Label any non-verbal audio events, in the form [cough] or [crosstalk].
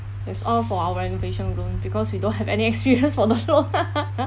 that's all for our renovation loan because we don't have any experiences for the loan [laughs]